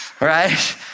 right